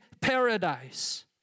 paradise